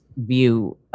view